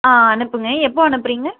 ஆ அனுப்புங்க எப்போ அனுப்புறீங்க